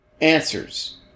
Answers